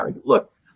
look